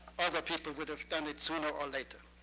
other people would have done it sooner or later.